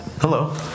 hello